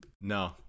No